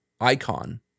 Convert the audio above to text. icon